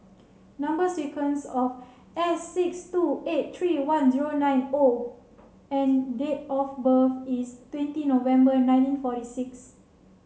number sequence of S six two eight three one zero nine O and date of birth is twenty November nineteen forty six